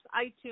iTunes